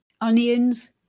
onions